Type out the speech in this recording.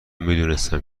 میدونستم